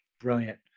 Brilliant